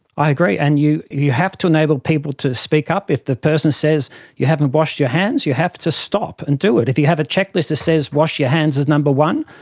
i agree, and you you have to enable people to speak up. if the person says you haven't washed your hands, you have to stop and do it. if you have a checklist that says wash your hands is number one,